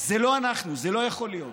שזה לא אנחנו, זה לא יכול להיות.